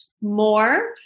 more